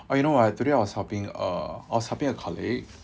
orh you know what today I was helping a I was helping a colleague